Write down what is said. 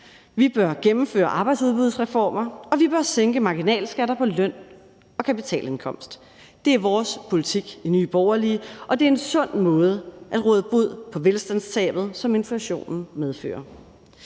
Vi bør gennemføre arbejdsudbudsreformer, og vi bør sænke marginalskatter på løn og kapitalindkomst. Det er vores politik i Nye Borgerlige, og det er en sund måde at råde bod på velstandstabet, som inflationen medfører.